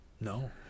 no